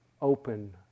open